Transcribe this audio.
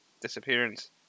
disappearance